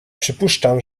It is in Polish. przypuszczam